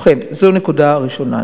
ובכן, זו נקודה ראשונה.